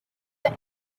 the